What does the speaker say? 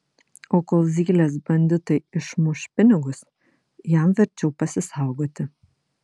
o kol zylės banditai išmuš pinigus jam verčiau pasisaugoti